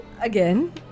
Again